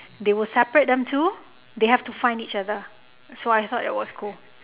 they will separate them too they have to find each other so I thought that was cool